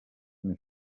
més